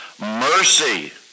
mercy